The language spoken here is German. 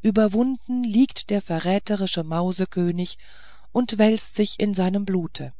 überwunden liegt der verräterische mausekönig und wälzt sich in seinem blute